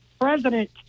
President